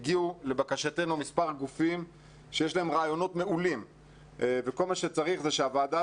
לבקשתנו הגיעו מספר גופים שיש להם רעיונות מעולים וכל מה שצריך זה שהוועדה